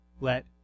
let